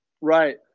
right